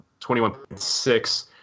21.6